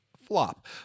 flop